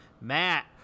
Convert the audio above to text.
Matt